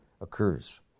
occurs